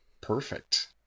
Perfect